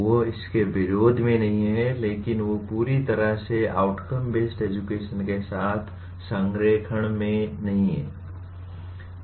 वे इसके विरोध में नहीं हैं लेकिन वे पूरी तरह से आउटकम बेस्ड एजुकेशन के साथ संरेखण में नहीं हैं